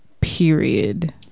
period